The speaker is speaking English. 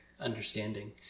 understanding